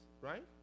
right